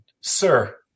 Sir